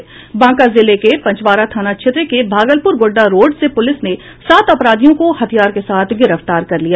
बांका जिले के पंजवारा थाना क्षेत्र के भागलपुर गोड्डा रोड से पुलिस ने सात अपराधियों को हथियार के साथ गिरफ्तार कर लिया